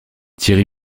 thierry